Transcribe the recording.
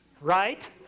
right